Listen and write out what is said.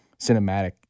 cinematic